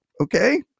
Okay